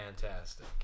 Fantastic